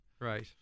Right